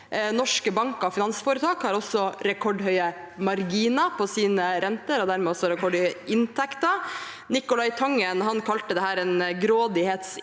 Norske banker og finansforetak har også rekordhøye marginer på sine renter og dermed også rekordhøye inntekter. Nicolai Tangen kalte dette en grådighetsinflasjon